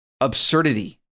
absurdity